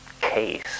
case